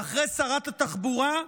ואחרי שרת התחבורה,